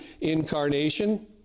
Incarnation